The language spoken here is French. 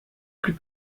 plus